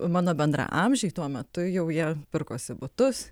mano bendraamžiai tuo metu jau jie pirkosi butus